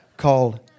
Called